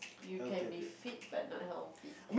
you can be fit but not healthy